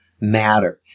matter